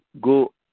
go